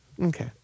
Okay